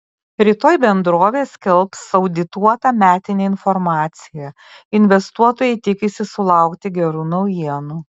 rytoj bendrovė skelbs audituotą metinę informaciją investuotojai tikisi sulaukti gerų naujienų